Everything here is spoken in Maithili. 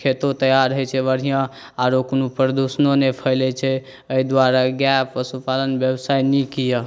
खेतो तैआर होइत छै बढ़िआँ आरो कोनो प्रदूषणो नहि फैलैत छै एहि दुआरे गाए पशुपालन व्यवसाय नीक यए